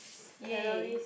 ya